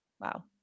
Wow